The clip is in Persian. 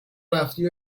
رفتی